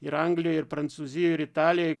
ir anglijoj ir prancūzijoj ir italijoj